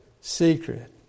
secret